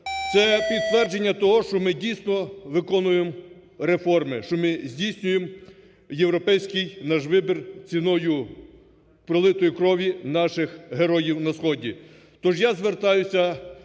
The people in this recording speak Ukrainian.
Це підтвердження того, що ми, дійсно, виконуємо реформи, що ми здійснюємо європейський наш вибір ціною пролитої крові наших героїв на сході. Тож я звертаюся